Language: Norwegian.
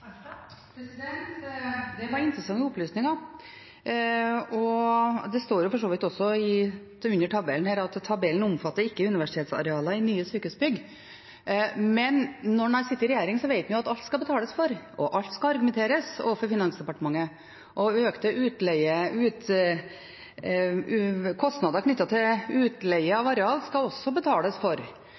Det var interessante opplysninger, og det står for så vidt også under tabellen her: «Tabellen omfatter ikke universitetsarealer i nye sykehusbygg». Men når en har sittet i regjering, vet en at alt skal betales for, alt skal argumenteres for overfor Finansdepartementet, og økte kostnader knyttet til utleie av areal skal også betales for.